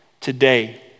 today